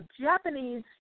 Japanese